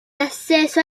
acceso